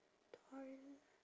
torrent